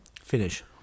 finish